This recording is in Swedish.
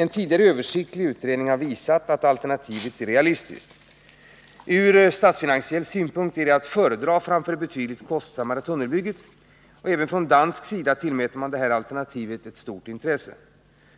En tidigare översiktlig utredning har visat att alternativet är realistiskt. Ur statsfinansiell synpunkt är det att föredra framför det betydligt kostsammare tunnelbygget. Även från dansk sida tillmäter man detta alternativ ett stort intresse.